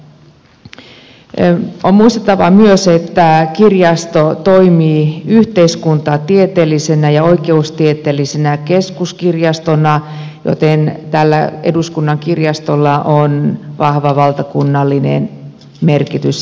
on muistettava myös että kirjasto toimii yhteiskuntatieteellisenä ja oikeustieteellisenä keskuskirjastona joten eduskunnan kirjastolla on vahva valtakunnallinen merkitys ja rooli